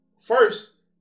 First